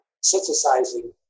synthesizing